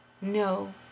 No